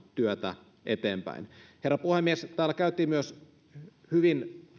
työtä eteenpäin herra puhemies täällä talousvaliokunnan mietinnössä käytiin myös hyvin